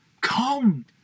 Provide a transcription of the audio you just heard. come